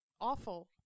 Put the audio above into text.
awful